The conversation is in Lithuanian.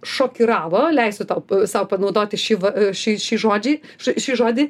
šokiravo leisiu tau sau panaudoti šį va šį šį žodžį š šį žodį